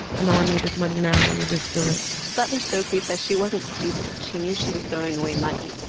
ah know i need this money now, let me just do it butler-stokley says she wasn't stupid, she knew she was throwing away money.